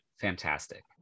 fantastic